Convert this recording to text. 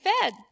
fed